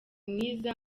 mwiza